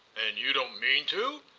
and you don't mean to?